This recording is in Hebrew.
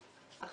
אני